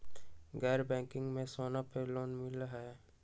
गैर बैंकिंग में सोना पर लोन मिलहई?